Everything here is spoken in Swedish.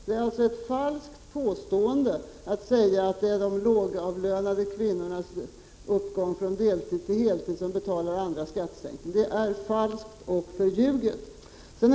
Det är alltså ett falskt påstående att säga att det är de lågavlönade kvinnornas uppgång från deltid till heltid som betalar andras skattesänkning — det är falskt och förljuget.